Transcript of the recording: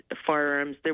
firearms